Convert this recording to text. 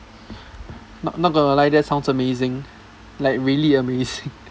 not not gonna lie that sounds amazing like really amazing